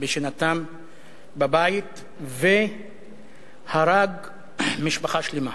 בשנתם בבית והרג משפחה שלמה,